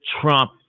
Trump